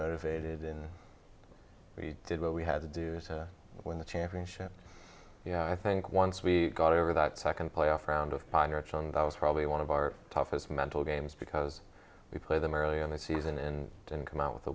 motivated and we did what we had to do win the championship you know i think once we got over that second playoff round of pirates on that was probably one of our toughest mental games because we play them early in the season and didn't come out with a